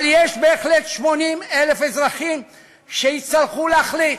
אבל יש בהחלט 80,000 אזרחים שיצטרכו להחליט,